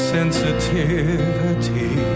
Sensitivity